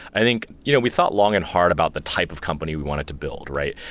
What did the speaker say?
i think you know we thought long and hard about the type of company we wanted to build, right?